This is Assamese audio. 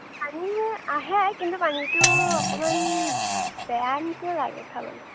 পানী আহে কিন্তু পানীটো অকণমান বেয়া নিচিনা লাগে খাবলৈ